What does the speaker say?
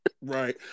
Right